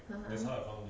(uh huh)